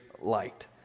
light